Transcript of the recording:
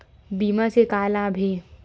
बीमा से का लाभ हे?